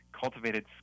cultivated